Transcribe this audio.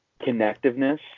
connectiveness